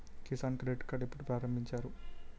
Kisan credit card ఎప్పుడు ప్రారంభించారు?